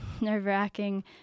nerve-wracking